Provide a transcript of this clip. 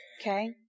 Okay